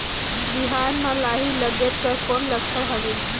बिहान म लाही लगेक कर कौन लक्षण हवे?